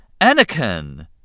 Anakin